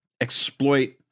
exploit